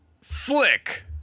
Flick